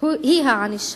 היא הענישה,